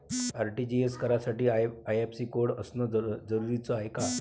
RTGS करासाठी IFSC code असनं जरुरीच हाय का?